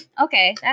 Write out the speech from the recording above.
Okay